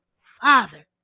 father